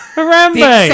Harambe